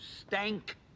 Stank